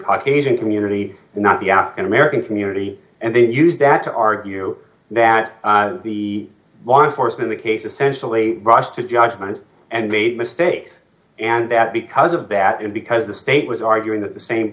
caucasian community not the african american community and then use that to argue that the one force in the case essentially rush to judgment and made a mistake and that because of that and because the state was arguing that the same